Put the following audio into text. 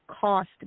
cost